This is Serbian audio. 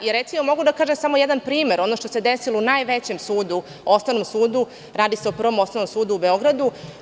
Ja mogu da kažem samo jedan primer, ono što se desilo u najvećem sudu, Osnovnom sudu, radi se o Prvom osnovnom sudu u Beogradu.